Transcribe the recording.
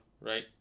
right